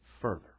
further